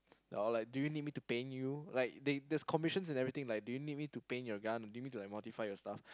or like do you need me to paint you like they have commissions and all these like do you need me to paint your gun do you need me to modify your stuff